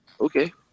okay